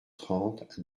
trente